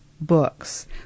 books